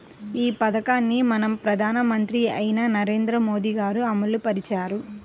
ఈ పథకాన్ని మన ప్రధానమంత్రి అయిన నరేంద్ర మోదీ గారు అమలు పరిచారు